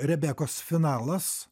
rebekos finalas